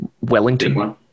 Wellington